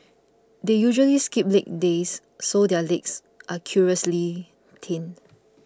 and they usually skip leg days so their legs are curiously thin